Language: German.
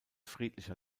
friedlicher